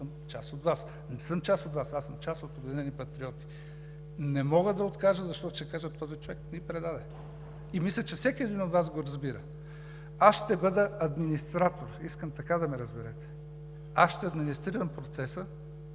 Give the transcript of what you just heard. Не съм част от Вас, аз съм част от „Обединени патриоти“. Не мога да откажа, защото ще кажат: този човек ни предаде. И мисля, че всеки един от Вас го разбира. Аз ще бъда администратор, искам така да ме разберете. Аз ще администрирам процеса